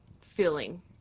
feeling